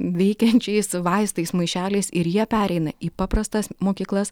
veikiančiais vaistais maišeliais ir jie pereina į paprastas mokyklas